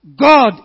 God